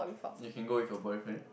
you can go with your boyfriend